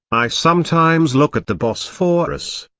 i sometimes look at the bosphorus.